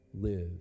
live